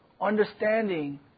understanding